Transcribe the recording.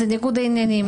זה ניגוד עניינים.